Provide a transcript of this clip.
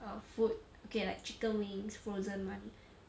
err food okay like chicken wings frozen one